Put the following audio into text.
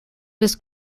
this